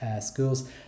schools